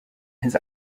his